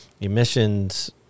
emissions